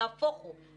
נהפוך הוא.